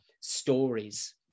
stories